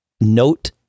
note